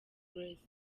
grace